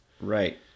Right